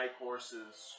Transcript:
horses